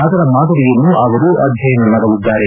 ಅದರ ಮಾದರಿಯನ್ನು ಅವರು ಅಧ್ಯಯನ ಮಾಡಲಿದ್ದಾರೆ